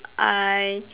I